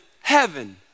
heaven